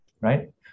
right